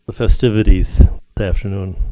festivities this afternoon.